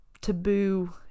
taboo